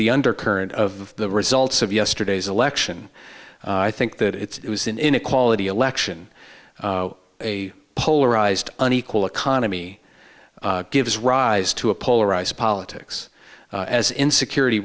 the undercurrent of the results of yesterday's election i think that it was an inequality election a polarized unequal economy gives rise to a polarized politics as insecurity